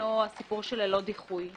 שעניינו הסיפור של ללא דיחוי.